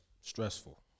stressful